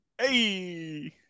Hey